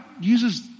uses